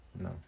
No